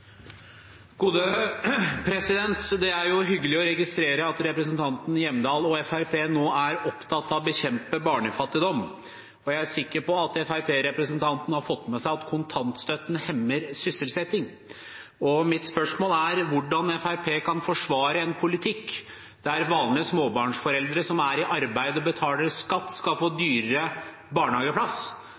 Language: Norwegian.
opptatt av å bekjempe barnefattigdom. Jeg er sikker på at Fremskrittsparti-representanten har fått med seg at kontantstøtten hemmer sysselsetting. Mitt spørsmål er hvordan Fremskrittspartiet kan forsvare en politikk der vanlige småbarnsforeldre som er i arbeid og betaler skatt, skal få dyrere barnehageplass,